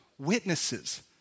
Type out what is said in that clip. Witnesses